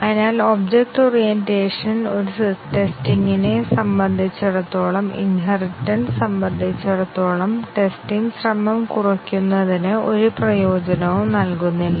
അതിനാൽ object orientation ഒരു ടെസ്റ്റിംഗിനെ സംബന്ധിച്ചിടത്തോളം ഇൻഹെറിറ്റെൻസ് സംബന്ധിച്ചിടത്തോളം ടെസ്റ്റിംഗ് ശ്രമം കുറയ്ക്കുന്നതിന് ഒരു പ്രയോജനവും നൽകുന്നില്ല